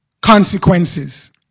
consequences